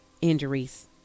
injuries